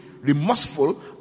remorseful